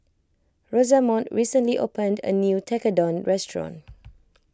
Rosamond recently opened a new Tekkadon restaurant